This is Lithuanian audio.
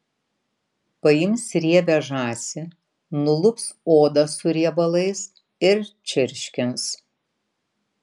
paims riebią žąsį nulups odą su riebalais ir čirškins